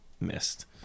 missed